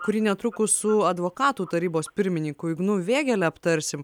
kurį netrukus su advokatų tarybos pirmininku ignu vėgėle aptarsim